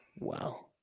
Wow